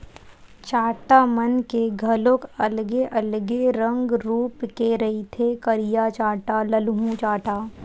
चाटा मन के घलोक अलगे अलगे रंग रुप के रहिथे करिया चाटा, ललहूँ चाटा